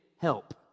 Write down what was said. help